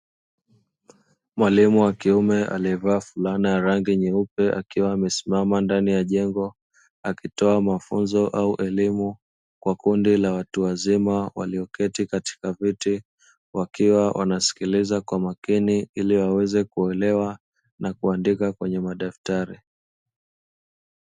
Mwalimu wa kiume aliyevaa fulana ya rangi ya nyeupe, akiwa amesimama ndani ya jengo akitoa mafunzo au elimu kwa kundi la watu wazima walaioketi katika viti, wakiwa wanasikiliza kwa makini ili waweze kuelewa na kuandika kwenye madaftari.